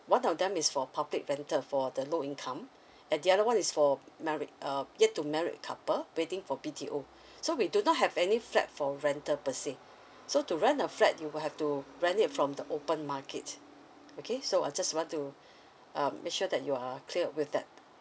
one of them is for public rental for the low income and the other one is for married uh yet to married couple waiting for B_T_O so we do not have any flat for rental per se so to rent a flat you will have to rent it from the open market okay so I just want to um make sure that you are clear with that